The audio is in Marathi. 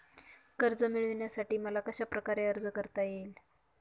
कर्ज मिळविण्यासाठी मला कशाप्रकारे अर्ज करता येईल?